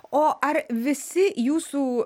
o ar visi jūsų